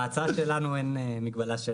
בהצעה שלנו אין מגבלה.